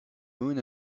moon